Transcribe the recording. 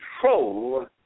control